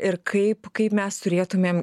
ir kaip kaip mes turėtumėm